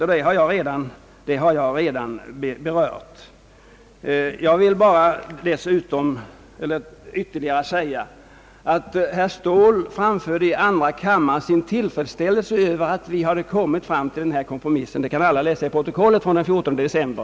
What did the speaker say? Till det jag re dan har sagt på den punkten vill jag bara lägga, att herr Ståhl i andra kam maren uttryckte sin tillfredsställelse över att vi hade nått fram till den här kompromissen — det kan alla läsa i andra kammarens protokoll för den 14 december.